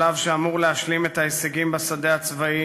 שלב שאמור להשלים את ההישגים בשדה הצבאי